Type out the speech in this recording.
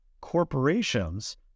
Corporations